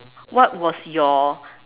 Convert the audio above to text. what was your